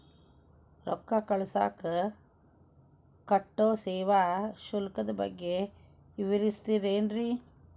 ರೊಕ್ಕ ಕಳಸಾಕ್ ಕಟ್ಟೋ ಸೇವಾ ಶುಲ್ಕದ ಬಗ್ಗೆ ವಿವರಿಸ್ತಿರೇನ್ರಿ?